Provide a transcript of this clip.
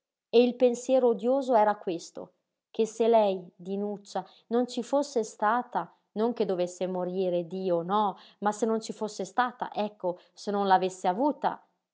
e il pensiero odioso era questo che se lei dinuccia non ci fosse stata non che dovesse morire dio no ma se non ci fosse stata ecco se non l'avesse avuta